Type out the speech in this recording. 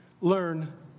Learn